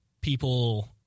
People